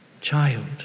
child